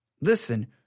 listen